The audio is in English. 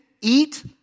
eat